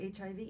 HIV